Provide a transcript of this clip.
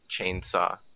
chainsaw